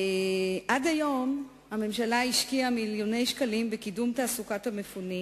עד היום הממשלה השקיעה מיליוני שקלים בקידום תעסוקת המפונים.